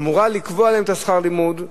אמורה לקבוע להם את שכר הלימוד,